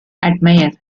admire